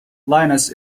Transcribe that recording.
linus